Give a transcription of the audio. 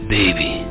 baby